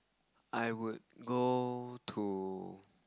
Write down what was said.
I would go to